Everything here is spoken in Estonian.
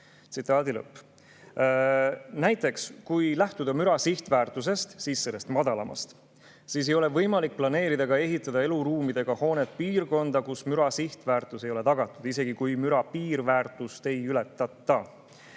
Kui näiteks lähtuda müra sihtväärtusest, sellest madalamast, siis ei ole võimalik planeerida ega ehitada eluruumidega hoonet piirkonda, kus müra sihtväärtus ei ole tagatud, isegi kui müra piirväärtust ei ületata.